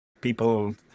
people